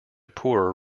poorer